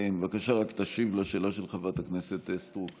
בבקשה, רק תשיב על השאלה של חברת הכנסת סטרוק.